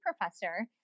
professor